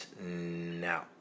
now